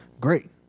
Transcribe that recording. great